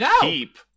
keep